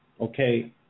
okay